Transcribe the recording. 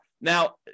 Now